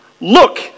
Look